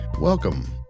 welcome